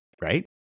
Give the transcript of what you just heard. right